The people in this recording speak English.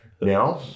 Now